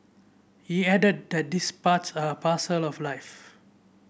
he added that these parts are parcel of life